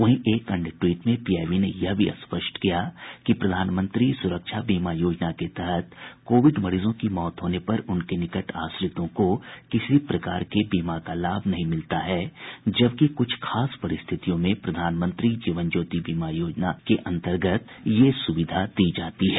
वहीं एक अन्य ट्वीट में पीआईबी ने यह भी स्पष्ट किया है कि प्रधानमंत्री सुरक्षा बीमा योजना के तहत कोविड मरीजों की मौत होने पर उनके निकट आश्रितों को किसी प्रकार के बीमा का लाभ नहीं मिलता है जबकि कुछ खास परिस्थितियों में प्रधानमंत्री जीवन ज्योति बीमा योजना के अंतर्गत यह सुविधा दी जाती है